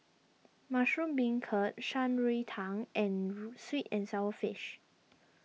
Mushroom Beancurd Shan Rui Tang and Sweet and Sour Fish